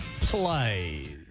Play